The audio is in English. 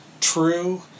true